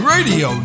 Radio